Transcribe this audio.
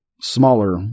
smaller